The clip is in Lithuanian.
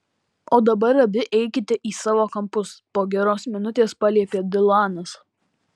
o dabar abi eikite į savo kampus po geros minutės paliepė dilanas